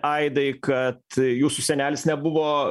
aidai kad jūsų senelis nebuvo